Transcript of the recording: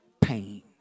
Pain